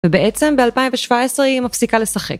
ובעצם ב-2017 היא מפסיקה לשחק.